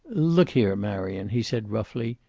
look here, marion, he said, roughly,